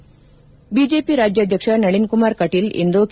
BJP ರಾಜ್ಕಾಧ್ಯಕ್ಷ ನಳೀನ್ ಕುಮಾರ್ ಕಟೀಲ್ ಇಂದು K